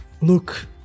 look